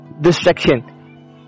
distraction